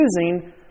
using